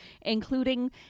including